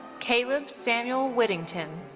caleb samuel whittington.